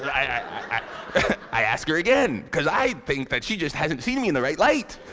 i i asked her again. cause i think that she just hasn't seen me in the right light.